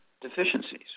deficiencies